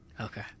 Okay